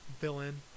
villain